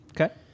Okay